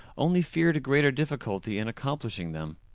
only feared greater difficulty in accomplishing them.